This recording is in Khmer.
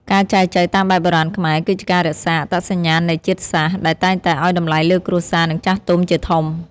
ការចែចូវតាមបែបបុរាណខ្មែរ គឺជាការរក្សា "អត្តសញ្ញាណនៃជាតិសាសន៍" ដែលតែងតែឱ្យតម្លៃលើគ្រួសារ និងចាស់ទុំជាធំ។